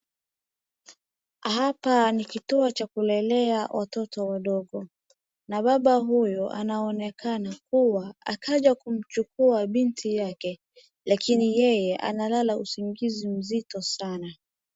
Hapa ni kituo cha kulelea watoto wadogo. Na baba huyo anaonekana kuwa akaja kumchukua binti yake lakini yeye analala usingizi mzito sana.